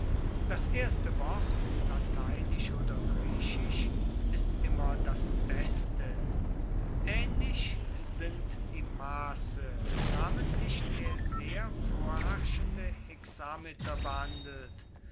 das erste wort lateinisch oder griechisch ist immer das beste ähnlich sind die maße namentlich der sehr vorherrschende hexameter behandelt